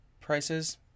prices